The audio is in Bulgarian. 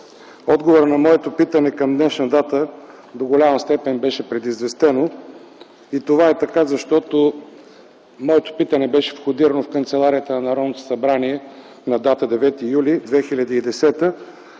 отговорът на моето питане към днешна дата до голяма степен беше предизвестено. Това е така, защото моето питане беше входирано в канцеларията на Народното събрание на дата 9 юли 2010 г.